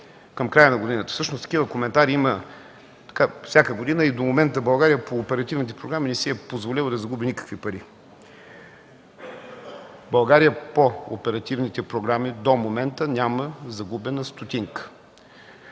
към края на годината, всъщност такива коментари има всяка година и до момента България по оперативните програми не си е позволила да загуби никакви пари. България по оперативните програми до момента няма загубена стотинка.